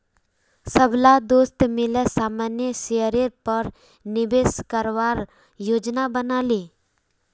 सबला दोस्त मिले सामान्य शेयरेर पर निवेश करवार योजना बना ले